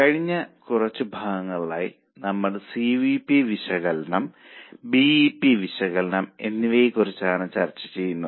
കഴിഞ്ഞ കുറച്ചു ഭാഗങ്ങളിലായി നമ്മൾ സി വി പി വിശകലനം ബി ഇ പി വിശകലനം എന്നിവയെക്കുറിച്ചാണ് ചർച്ച ചെയ്യുന്നത്